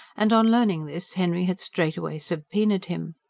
and on learning this, henry had straightway subpoenaed him.